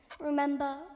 remember